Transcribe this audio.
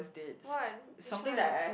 what which one